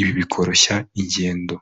ibi bikoroshya ingendo.